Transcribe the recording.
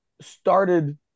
started